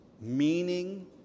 meaning